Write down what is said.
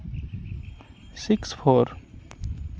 six four